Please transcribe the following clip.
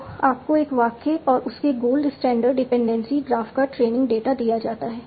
तो आपको एक वाक्य और उसके गोल्ड स्टैंडर्ड डिपेंडेंसी ग्राफ का ट्रेनिंग डेटा दिया जाता है